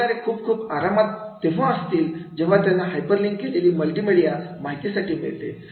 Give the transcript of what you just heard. शिकणारे खूप खूप आरामात तेव्हा असतील जेव्हा त्यांना हायपरलिंक केलेली मल्टिमीडिया माहितीसाठी मिळतील